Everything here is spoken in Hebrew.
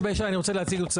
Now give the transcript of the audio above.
אני רוצה להציג,